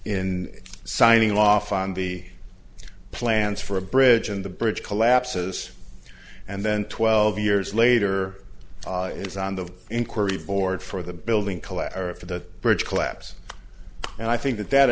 in signing off on the plans for a bridge and the bridge collapses and then twelve years later is on the inquiry board for the building collapse or for the bridge collapse and i think that that